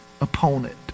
opponent